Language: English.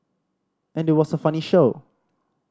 and it was a funny show